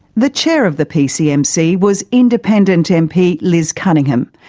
the chair of the pcmc was independent mp liz cunningham,